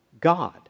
God